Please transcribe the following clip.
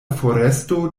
foresto